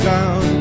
Down